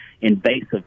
invasive